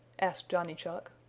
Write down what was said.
asked johnny chuck.